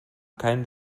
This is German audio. keinen